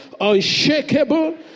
unshakable